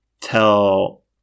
tell